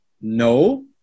no